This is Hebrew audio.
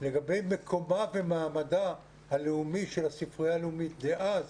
לגבי מקומה ומעמדה הלאומי של הספרייה הלאומית דאז,